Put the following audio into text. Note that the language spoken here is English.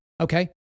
okay